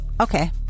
Okay